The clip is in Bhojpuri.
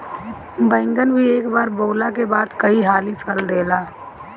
बैगन भी एक बार बोअला के बाद कई हाली फल देला